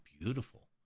beautiful